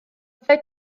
byddai